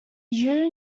you